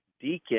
deacon